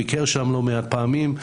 הוא ביקר שם לא מעט פעמים,